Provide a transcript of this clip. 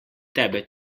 tebe